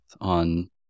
on